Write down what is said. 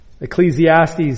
Ecclesiastes